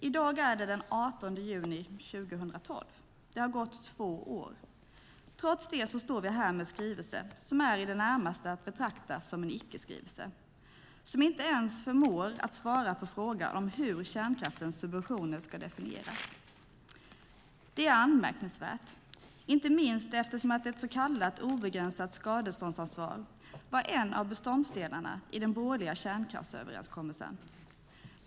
I dag är det den 18 juni 2012. Det har gått två år. Trots det står vi här med en skrivelse som är i det närmaste att betrakta som en icke-skrivelse som inte ens förmår att svara på frågan hur kärnkraftens subventioner ska definieras. Det är anmärkningsvärt, inte minst eftersom ett så kallat obegränsat skadeståndsansvar var en av beståndsdelarna i den borgerliga kärnkraftsöverenskommelsen.